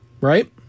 right